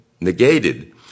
negated